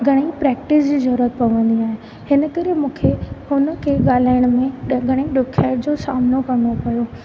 घणेई प्रेक्टिस जी ज़रूरत पवंदी आहे हिन करे मूंखे हुन खे ॻाल्हाइण में घणेई ॾुखियाई जो सामिनो करिणो पियो